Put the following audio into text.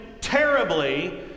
terribly